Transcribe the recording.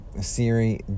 Siri